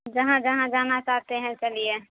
جہاں جہاں جانا چاہتے ہیں چلیے